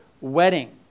wedding